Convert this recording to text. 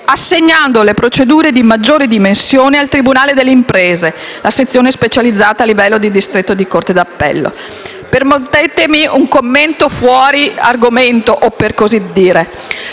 assegnando le procedure di maggiori dimensioni al tribunale delle imprese (sezione specializzata a livello del distretto di corte d'appello). Consentitemi un commento, per così dire,